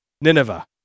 Nineveh